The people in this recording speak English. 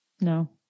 no